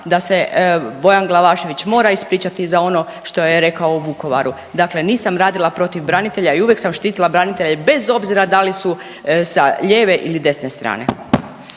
da se Bojan Glavašević mora ispričati za ono što je rekao u Vukovaru. Dakle, nisam radila protiv branitelja i uvijek sam štitila branitelje bez obzira da li su sa lijeve ili desne strane.